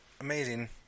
amazing